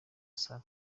saa